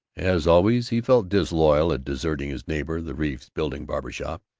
as always, he felt disloyal at deserting his neighbor, the reeves building barber shop.